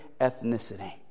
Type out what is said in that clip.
ethnicity